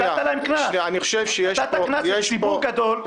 נתת קנס לציבור גדול.